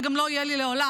וגם לא יהיה לי לעולם,